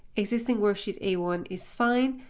existing worksheet a one is fine,